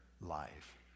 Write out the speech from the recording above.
life